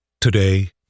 Today